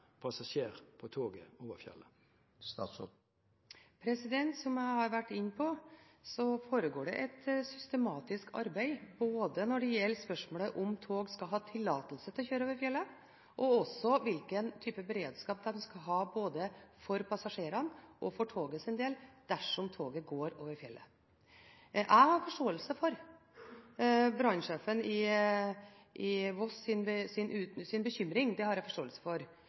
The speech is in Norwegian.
Som jeg har vært inne på, foregår det et systematisk arbeid når det gjelder både spørsmålet om hvorvidt tog skal ha tillatelse til å kjøre over fjellet, og hvilken type beredskap en skal ha for både passasjerenes og togets del, dersom toget går over fjellet. Jeg har forståelse for bekymringen til brannsjefen på Voss, men jeg er kjent med at det